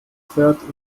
fährt